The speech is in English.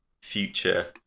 future